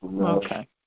okay